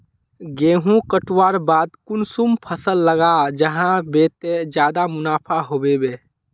गेंहू कटवार बाद कुंसम फसल लगा जाहा बे ते ज्यादा मुनाफा होबे बे?